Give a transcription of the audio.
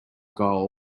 goal